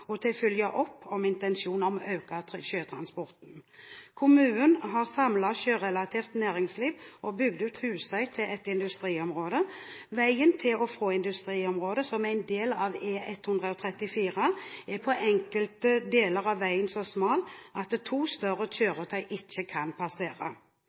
og til å følge opp om intensjonen om å øke sjøtransporten. Kommunen har samlet sjørelatert næringsliv og bygd ut Husøy til et industriområde. Veien til og fra industriområdet, som er en del av E134, er på enkelte deler så smal at to større